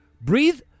Breathe